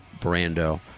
Brando